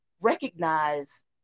recognize